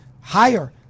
higher